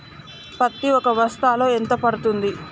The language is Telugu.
పత్తి ఒక బస్తాలో ఎంత పడ్తుంది?